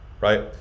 Right